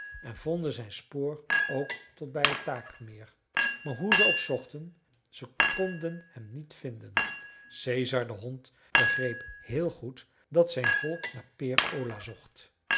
en vonden zijn spoor ook tot bij het takermeer maar hoe ze ook zochten ze konden hem niet vinden caesar de hond begreep heel goed dat zijn volk naar peer ola zocht